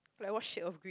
like what shade of green